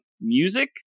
music